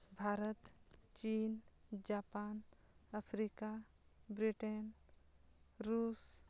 ᱵᱷᱟᱨᱚᱛ ᱪᱤᱱ Japan Africa Britain ᱨᱩᱥ